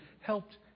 helped